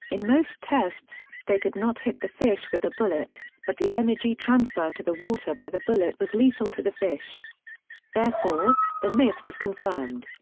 in most tests, they could not hit the fish with a bullet, but the energy transfer to the water by the bullet was lethal to the fish therefore, the myth was confirmed.